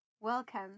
Welcome